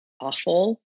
awful